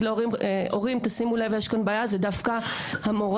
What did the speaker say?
להורים 'הורים תשימו לב יש כאן בעיה' זה דווקא המורה,